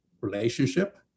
relationship